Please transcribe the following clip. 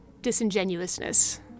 disingenuousness